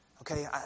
Okay